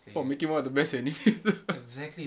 making one of the best anime